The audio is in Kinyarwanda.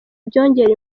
byongera